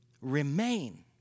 remain